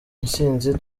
intsinzi